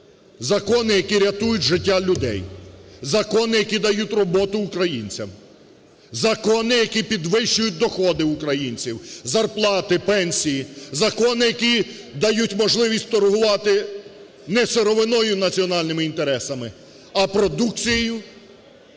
закони, які рятують життя людей, закони, які дають роботу українцям, закони, які підвищують доходи українців, зарплати, пенсії, закони, які дають торгувати не сировиною і національними інтересами, а продукцією